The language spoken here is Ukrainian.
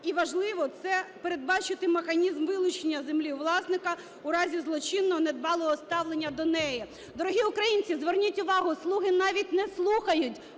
І важливо це передбачити, механізм вилучення землі у власника у разі злочинного, недбалого ставлення до неї. Дорогі українці, зверніть увагу, "слуги" навіть не слухають,